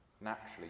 naturally